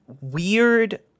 weird